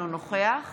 אינו נוכח